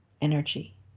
energy